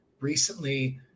recently